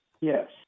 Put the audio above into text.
Yes